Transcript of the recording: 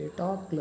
talk